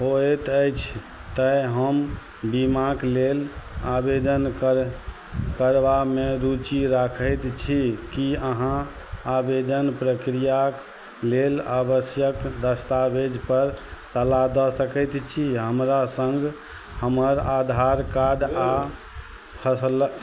होइत अछि तै हम बीमाक लेल आवेदन कर करबामे रुचि राखैत छी की अहाँ आवेदन प्रक्रियाक लेल आवश्यक दस्तावेजपर सलाह दऽ सकैत छी हमरा सङ्ग हमर आधार कार्ड आओर फसल